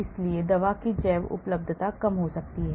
इसलिए दवा की जैव उपलब्धता कम हो सकती है